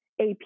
AP